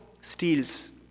steals